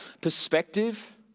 perspective